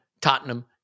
Tottenham